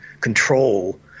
control